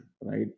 right